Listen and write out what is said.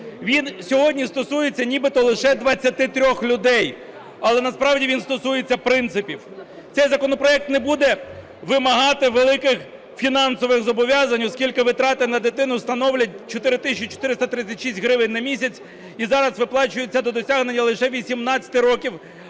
він сьогодні стосується нібито лише 23 людей, але насправді він стосується принципів. Цей законопроект не буде вимагати великих фінансових зобов'язань, оскільки витрати на дитину становлять 4 тисячі 436 гривень на місяць і зараз виплачуються до досягнення лише 18 років,